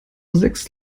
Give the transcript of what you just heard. sechs